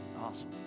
Awesome